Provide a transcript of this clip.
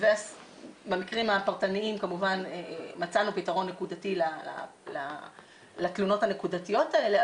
במקרים הפרטניים כמובן מצאנו פתרון נקודתי לתלונות הנקודתיות האלה,